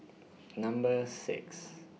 Number six